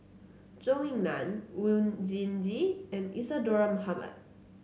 Zhou Ying Nan Oon Jin Gee and Isadhora Mohamed